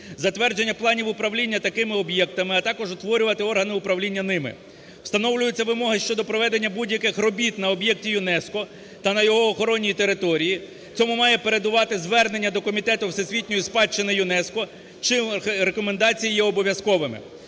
затвердження планів управління такими об'єктами, а також утворювати органи управління ними. Встановлюються вимоги щодо проведення будь-яких робіт на об'єктів ЮНЕСКО та на його охоронній території, цьому має передувати звернення до Комітету всесвітньої спадщини ЮНЕСКО, рекомендації є обов'язковими.